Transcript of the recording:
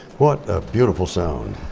what a beautiful sound.